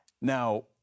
Now